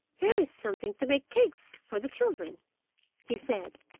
here is something to make cakes for the children he said,